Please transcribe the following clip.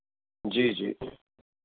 जी जी